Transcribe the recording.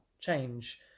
change